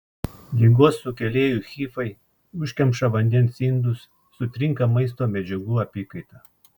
ligos sukėlėjų hifai užkemša vandens indus sutrinka maisto medžiagų apykaita